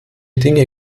dinge